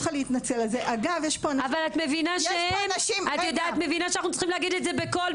אבל את מבינה שאנחנו צריכים להגיד את זה בקול,